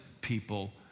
people